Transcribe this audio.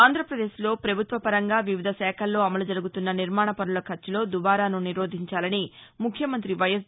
ఆంధ్రప్రదేశ్ లో ప్రభుత్వ పరంగా వివిధ శాఖల్లో అమలు జరుగుతున్న నిర్మాణ పనుల ఖర్చులో దుబారాను నిరోధించాలని ముఖ్యమంత్రి వైఎస్